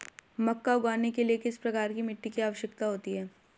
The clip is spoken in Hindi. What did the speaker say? मक्का उगाने के लिए किस प्रकार की मिट्टी की आवश्यकता होती है?